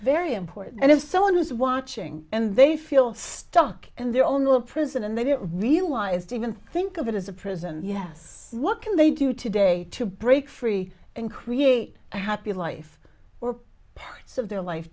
very important and if someone is watching and they feel stuck in their own little prison and they don't realize to even think of it as a prison yes what can they do today to break free and create a happy life or parts of their life